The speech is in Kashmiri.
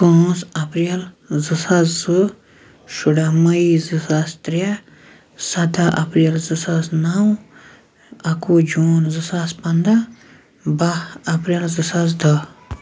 پانٛژھ اپریل زٕ ساس زٕ شُراہ مے زٕ ساس ترٛےٚ سَداہ اپریل زٕ ساس نَو اَکہٕ وُہ جوٗن زٕ ساس پنٛداہ بَہہ اپریل زٕ ساس دَہ